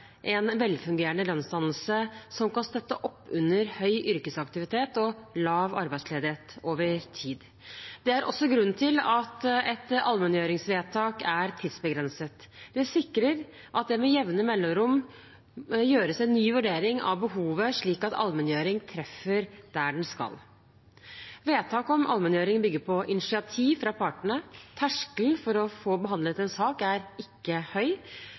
en velfungerende lønnsdannelse som kan støtte opp under høy yrkesaktivitet og lav arbeidsledighet over tid. Det er også grunnen til at et allmenngjøringsvedtak er tidsbegrenset. Det sikrer at det med jevne mellomrom gjøres en ny vurdering av behovet, slik at allmenngjøring treffer der den skal. Vedtak om allmenngjøring bygger på initiativ fra partene. Terskelen for å få behandlet en sak er ikke høy.